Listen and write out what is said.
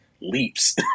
leaps